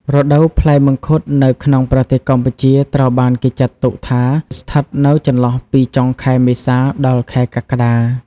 រដូវផ្លែមង្ឃុតនៅក្នុងប្រទេសកម្ពុជាត្រូវបានគេចាត់ទុកថាស្ថិតនៅចន្លោះពី ចុងខែមេសា ដល់ខែកក្កដា។